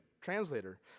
translator